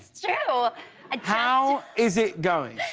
so ah how is it going?